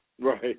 right